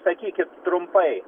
sakykit trumpai